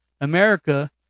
America